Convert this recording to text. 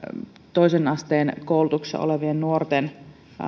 toisen asteen koulutuksessa olevien nuorten